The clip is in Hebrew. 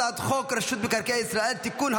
הצעת חוק רשות מקרקעי ישראל (תיקון,